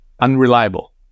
unreliable